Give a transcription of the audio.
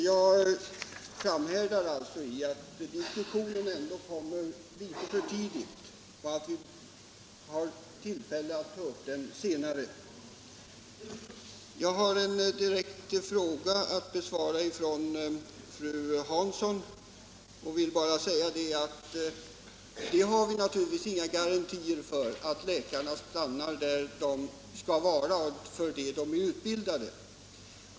Jag framhärdar alltså i uppfattningen att den här diskussionen kommer litet för tidigt och att vi har möjligheter att ta upp den senare. Jag har en direkt fråga av fru Hansson att besvara. Vi har naturligtvis inga garantier för att läkarna stannar inom det område som de är utbildade för.